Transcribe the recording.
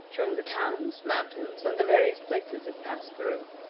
showing the towns, mountains, and the various places it passed through.